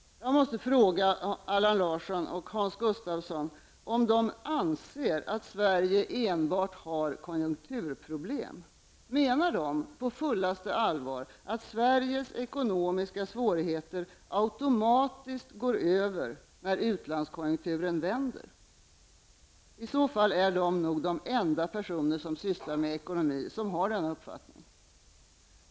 Jag måste fråga Allan Larsson och Hans Gustafsson om de anser att Sverige enbart har konjunkturproblem. Menar de att Sveriges ekonomiska svårigheter automatiskt går över när utlandskonjunkturen vänder? I så fall är de nog de enda personer som sysslar med ekonomi som har den uppfattningen.